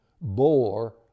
bore